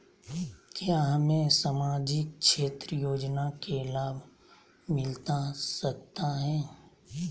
क्या हमें सामाजिक क्षेत्र योजना के लाभ मिलता सकता है?